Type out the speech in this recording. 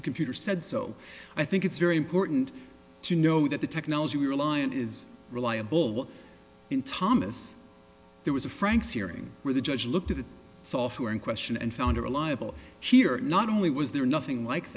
the computer said so i think it's very important to know that the technology we rely on is reliable what in thomas there was a frank's hearing where the judge looked at the software in question and found a reliable here not only was there nothing like